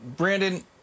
Brandon